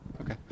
Okay